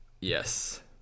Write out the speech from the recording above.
Yes